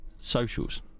Socials